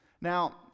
Now